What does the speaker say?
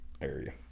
area